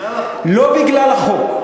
בגלל החוק.